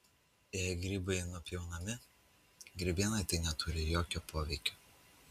jei grybai nupjaunami grybienai tai neturi jokio poveikio